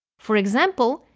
for example,